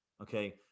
Okay